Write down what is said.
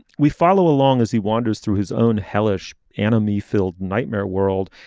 we follow along as he wanders through his own hellish anime filled nightmare world.